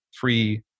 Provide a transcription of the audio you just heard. free